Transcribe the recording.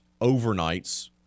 overnights